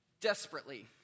Desperately